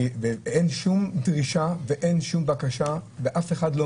ואין שום דרישה ואין שום בקשה ואף אחד לא